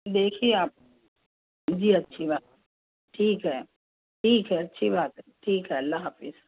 دیکھیے آپ جی اچھی بات ٹھیک ہے ٹھیک ہے اچھی بات ہے ٹھیک ہے اللہ حافظ